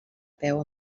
peu